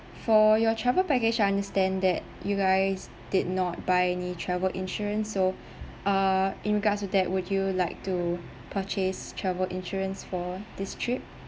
for your travel package I understand that you guys did not buy any travel insurance so ah in regards with that would you like to purchase travel insurance for this trip